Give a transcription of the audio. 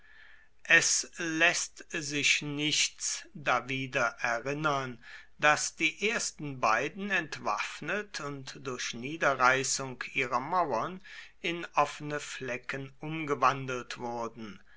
es läßt sich nichts dawider erinnern daß die ersten beiden entwaffnet und durch niederreißung ihrer mauern in offene flecken umgewandelt wurden